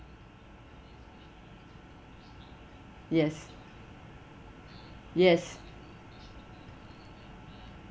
yes yes